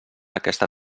aquesta